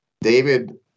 David